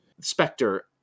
Spectre